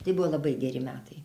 tai buvo labai geri metai